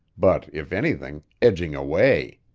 but, if anything, edging away.